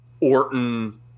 Orton